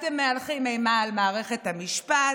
אתם מהלכים אימה על מערכת המשפט,